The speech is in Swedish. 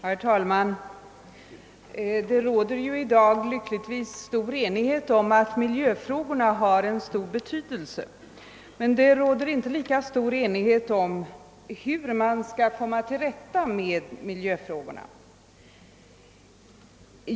Herr talman! Det råder i dag lyckligtvis allmän enighet om att miljöfrågorna har stor betydelse, men det råder inte lika stor enighet om hur man skall komma till rätta med miljöfrågorna.